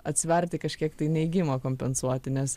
atsverti kažkiek tai neigimo kompensuoti nes